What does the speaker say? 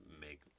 make